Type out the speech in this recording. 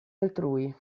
altrui